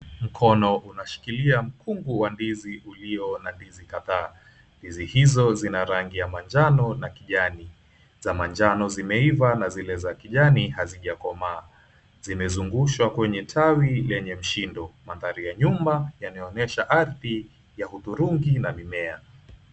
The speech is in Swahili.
Mkono unashikilia mkungu wa ndizi ulio na ndizi kadhaa. Ndizi hizo zina rangi ya manjano na kijani. Za manjano zimeiva na zile za kijani hazijakomaa. Zimezungushwa kwenye tawi lenye mshindo. Mandhari ya nyumba yanaonyesha ardhi ya hudhurungi na mimea.